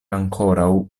ankoraŭ